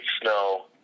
snow